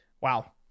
Wow